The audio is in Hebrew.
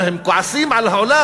לעולם, הם כועסים על העולם.